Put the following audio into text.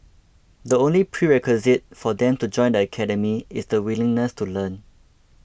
the only prerequisite for them to join the academy is the willingness to learn